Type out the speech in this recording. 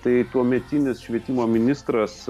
tai tuometinis švietimo ministras